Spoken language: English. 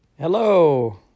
Hello